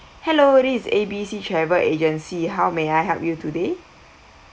hello it is A B C travel agency how may I help you today